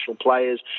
players